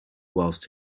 whilst